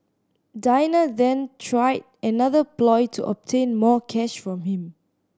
Dina then tried another ploy to obtain more cash from him